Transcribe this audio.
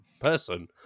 person